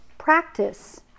Practice